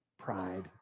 pride